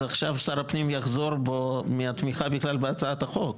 אז עכשיו שר הפנים יחזור בו מהתמיכה בהצעת החוק.